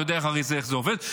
אתה יודע הרי איך זה עובד,